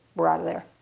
we're out of there.